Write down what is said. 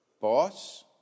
boss